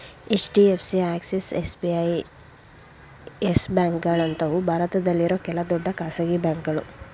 HDFC, Axis, SBI, Yes ಬ್ಯಾಂಕ್ಗಳಂತವು ಭಾರತದಲ್ಲಿರೋ ಕೆಲ ದೊಡ್ಡ ಖಾಸಗಿ ಬ್ಯಾಂಕುಗಳು